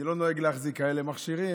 אני לא נוהג להחזיק כאלה מכשירים.